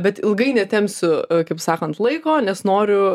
bet ilgai netempsiu kaip sakant laiko nes noriu